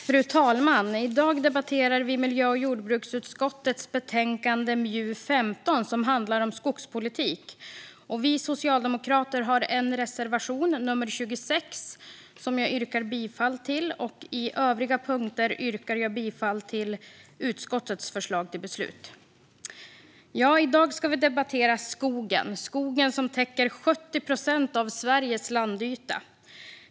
Fru talman! I dag debatterar vi miljö och jordbruksutskottets betänkande MJU15, som handlar om skogspolitik. Vi socialdemokrater har en reservation, nummer 26, som jag yrkar bifall till. Under övriga punkter yrkar jag bifall till utskottets förslag till beslut. Ja, i dag ska vi debattera skogen, som täcker 70 procent av Sveriges landyta.